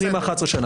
אני עם 11 שנה.